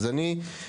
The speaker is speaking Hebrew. אז אני שואל,